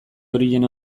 horien